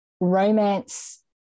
romance